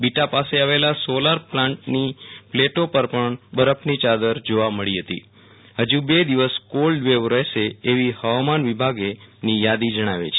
beta પાસે આવેલા solar power પ્લાન્ટની બરફની યાદર જોવા મળી હતી હજી બે દિવસ કોલ્ડવેવ રહેશે એમ હવામાન વિભાગની યાદી જણાવે છે